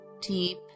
deep